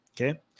okay